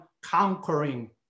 conquering